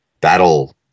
battle